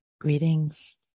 Greetings